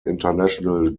international